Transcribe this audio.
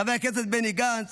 חבר הכנסת בני גנץ